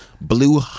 blue